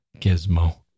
Gizmo